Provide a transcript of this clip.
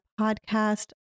podcast